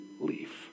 leaf